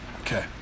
Okay